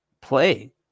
play